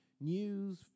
news